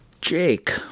Jake